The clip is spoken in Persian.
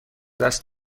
دست